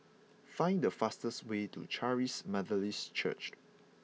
find the fastest way to Charis Methodist Church